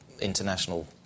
international